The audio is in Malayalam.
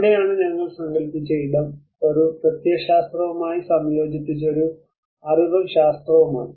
അവിടെയാണ് ഞങ്ങൾ സങ്കൽപ്പിച്ച ഇടം ഒരു പ്രത്യയശാസ്ത്രവുമായി സംയോജിച്ച് ഒരു അറിവും ശാസ്ത്രവുമാണ്